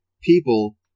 people